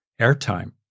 airtime